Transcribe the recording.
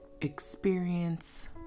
experience